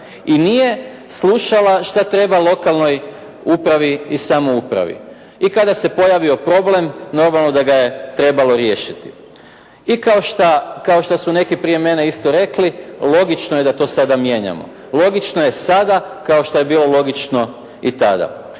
i nije slušala što treba lokalnoj upravi i samoupravi. I kada se pojavio problem, normalno da ga je trebalo riješiti. I kao što su neki prije mene isto rekli, logično je da to sada mijenjamo, logično je sada kao što je bilo logično i tada.